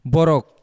Borok